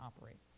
operates